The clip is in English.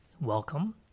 welcome